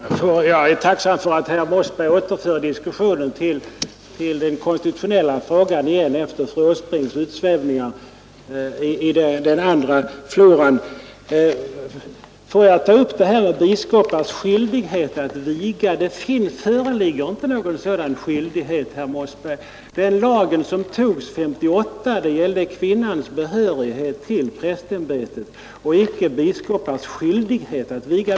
Herr talman! Jag är tacksam för att herr Mossberg återför diskussionen till den konstitutionella frågan efter fru Åsbrinks utsvävningar i den andra floran. Låt mig ta upp frågan om biskopars skyldighet att prästviga. Det föreligger ingen sådan skyldighet, herr Mossberg. Den lag som togs 1958 gällde kvinnans behörighet till prästämbetet och icke biskopars skyldighet att viga.